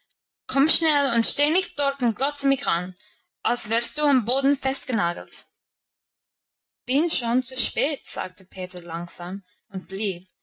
komm schnell und steh nicht dort und glotze mich an als wärst du am boden festgenagelt ich bin schon zu spät sagte peter langsam und blieb